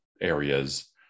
areas